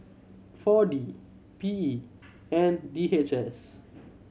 Four D P E and D H S